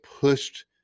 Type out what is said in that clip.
pushed